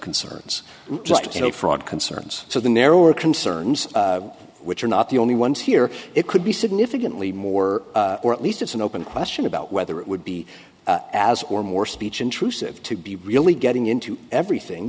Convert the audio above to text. concerns you know fraud concerns so the narrower concerns which are not the only ones here it could be significantly more or at least it's an open question about whether it would be as or more speech intrusive to be really getting into everything